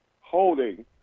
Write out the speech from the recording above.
holding